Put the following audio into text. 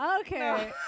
okay